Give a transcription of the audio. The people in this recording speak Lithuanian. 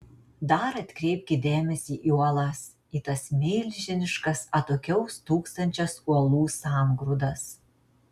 dar atkreipkit dėmesį į uolas į tas milžiniškas atokiau stūksančias uolų sangrūdas